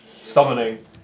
summoning